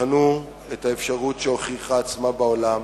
תבחנו את האפשרות שהוכיחה את עצמה בעולם,